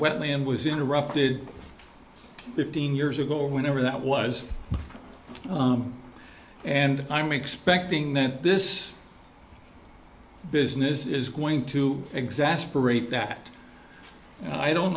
wetland was interrupted fifteen years ago whenever that was and i'm expecting that this business is going to exasperate that i don't